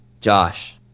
Josh